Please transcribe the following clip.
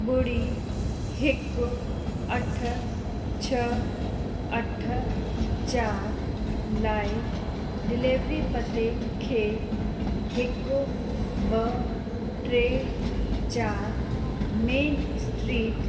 ॿुड़ी हिकु अठ छह अठ चारि लाइ डिलेविरी पते खे हिकु ॿ टे चारि मेन स्ट्रीट